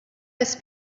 miss